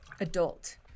Adult